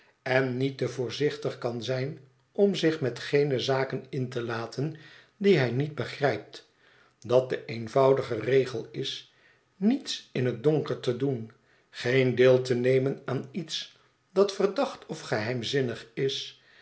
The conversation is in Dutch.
en niet te voorzichtig kan zijn om zich met geene zaken in te laten die hij niet begrijpt dat de eenvoudige regel is niets in het donker te doen geen deel te nemen aan iets dat verdacht of geheimzinnig is